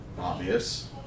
obvious